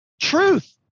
Truth